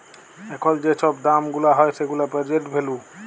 এখল যে ছব দাম গুলা হ্যয় সেগুলা পের্জেল্ট ভ্যালু